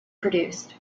produced